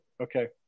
Okay